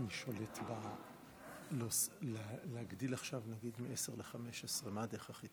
להתחיל לדבר דווקא על העשייה במשרד האנרגיה בשנה וחצי האחרונות.